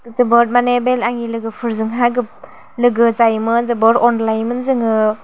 जोबोद माने बे आंनि लोगोफोरजोंहाय गोबां लोगो जायोमोन जोबोर अनलायोमोन जोङो